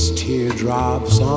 teardrops